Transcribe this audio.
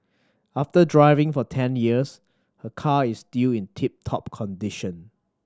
after driving for ten years her car is still in tip top condition